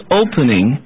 opening